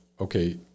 okay